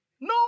No